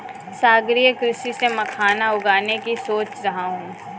सागरीय कृषि से मखाना उगाने की सोच रहा हूं